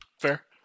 fair